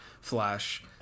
Flash